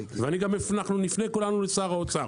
ואנחנו גם נפנה כולנו לשר האוצר,